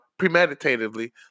premeditatively